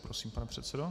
Prosím, pane předsedo.